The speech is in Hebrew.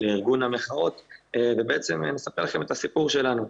לארגון המחאות ובעצם לספר לכם את הסיפור שלנו.